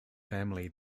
family